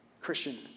Christian